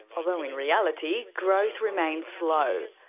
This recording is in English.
although in reality, growth remains slow.